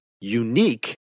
unique